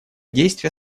действия